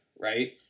right